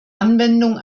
anwendung